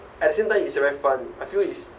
at the same time it's a very fun I feel is